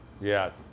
Yes